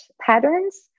patterns